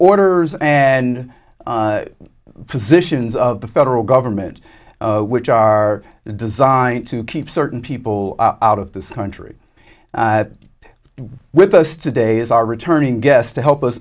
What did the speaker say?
orders and positions of the federal government which are designed to keep certain people out of this country with us today is our returning guest to help us